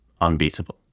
unbeatable